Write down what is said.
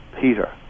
Peter